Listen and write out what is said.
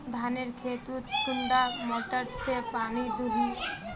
धानेर खेतोत कुंडा मोटर दे पानी दोही?